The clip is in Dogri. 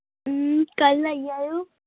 हां कल आई जाएओ